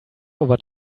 over